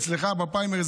אצלך בפריימריז,